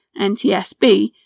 NTSB